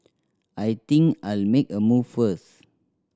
I think I'll make a move first